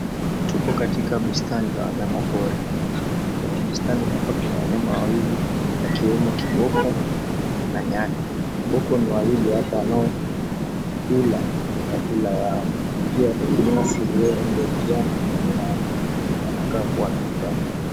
Tupo katika bustani la wanyama pori, kwenye bustani hapa kuna wanyama wawili wakiwemo kiboko na nyani, viboko ni wawili hapa wanaokula chakula yao pia kuna nyasi iliyo rangi ya kijani kando yao wanakaa kuwa na furaha.